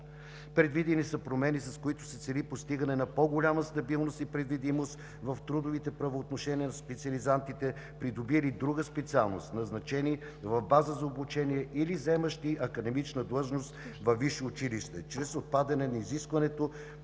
Предвидени са промени, с които се цели постигане на по голяма стабилност и предвидимост в трудовите правоотношения на специализантите, придобили друга специалност, назначени в база за обучение или заемащи академична длъжност във висше училище, чрез отпадане на изискването